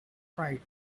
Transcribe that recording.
pride